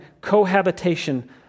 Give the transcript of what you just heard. cohabitation